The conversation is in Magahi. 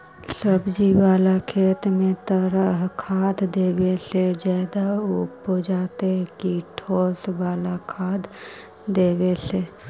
सब्जी बाला खेत में तरल खाद देवे से ज्यादा उपजतै कि ठोस वाला खाद देवे से?